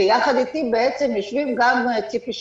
כשיחד איתי יושבים גם ציפי,